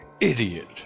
idiot